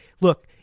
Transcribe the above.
Look